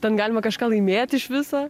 ten galima kažką laimėti iš viso